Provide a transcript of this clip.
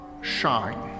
shine